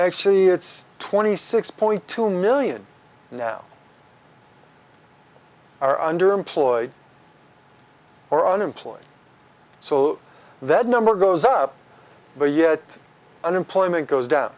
actually it's twenty six point two million now are underemployed or unemployed so that number goes up but yet unemployment goes down